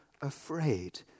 afraid